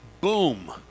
boom